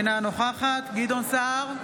אינה נוכחת גדעון סער,